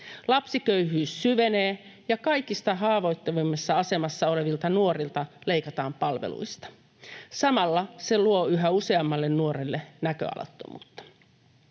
Lapsiköyhyys syvenee ja kaikista haavoittuvimmassa asemassa olevilta nuorilta leikataan palveluista. Samalla se luo yhä useammalle nuorelle näköalattomuutta.